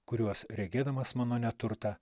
kuriuos regėdamas mano neturtą